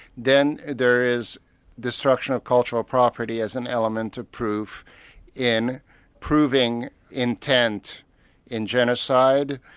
then there is destruction of cultural property as an element of proof in proving intent in genocide,